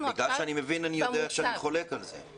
אני מבין ואני חולק על זה.